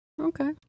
Okay